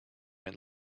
and